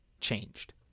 changed